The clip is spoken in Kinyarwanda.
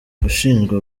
gushinjwa